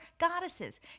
goddesses